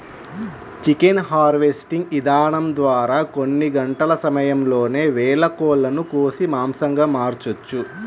chicken harvesting ఇదానం ద్వారా కొన్ని గంటల సమయంలోనే వేల కోళ్ళను కోసి మాంసంగా మార్చొచ్చు